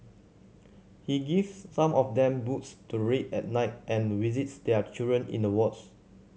he gives some of them books to read at night and visits their children in the wards